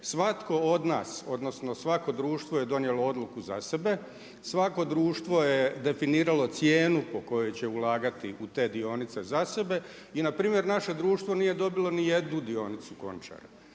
svatko od nas, odnosno svako društvo je donijelo odluku za sebe, svako društvo je definiralo cijenu po kojoj će ulagati u te dionice za sebe i npr. naše društvo nije dobilo nijednu dionicu Končara.